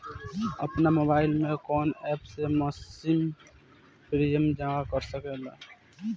आपनमोबाइल में कवन एप से मासिक प्रिमियम जमा कर सकिले?